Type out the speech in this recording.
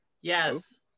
Yes